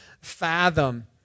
fathom